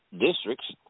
districts